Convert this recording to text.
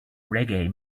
reggae